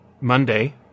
Monday